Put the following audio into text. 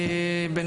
צוהריים טובים,